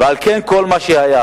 ועל כן כל מה שהיה,